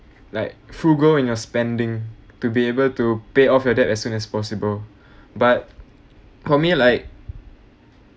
like frugal in your spending to be able to pay off your debt as soon as possible but for me like